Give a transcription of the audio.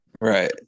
Right